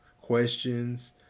questions